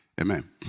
Amen